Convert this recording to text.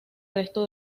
resto